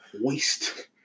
Waste